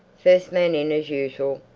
first man in as usual!